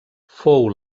fou